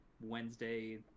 wednesday